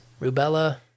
rubella